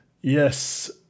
Yes